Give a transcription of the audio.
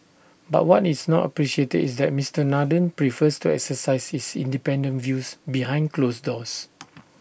but what is not appreciated is that Mister Nathan prefers to exercise his independent views behind closed doors